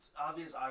obvious